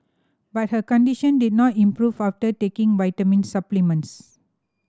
but her condition did not improve after taking vitamin supplements